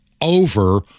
over